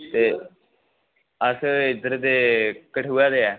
ते अस इद्धर दे कठुऐ दे ऐ